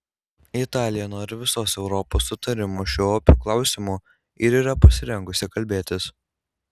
italija nori visos europos sutarimo šiuo opiu klausimu ir yra pasirengusi kalbėtis